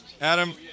Adam